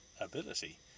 ability